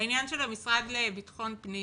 בעניין של המשרד לביטחון פנים,